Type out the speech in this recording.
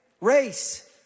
Race